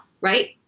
right